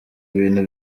bintu